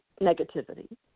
negativity